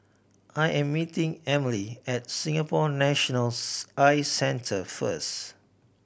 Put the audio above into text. I am meeting Emile at Singapore Nationals Eye Centre first